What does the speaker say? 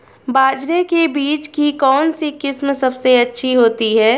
बाजरे के बीज की कौनसी किस्म सबसे अच्छी होती है?